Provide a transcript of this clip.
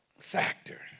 factor